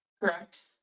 correct